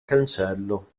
cancello